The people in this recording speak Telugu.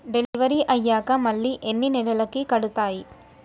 డెలివరీ అయ్యాక మళ్ళీ ఎన్ని నెలలకి కడుతాయి?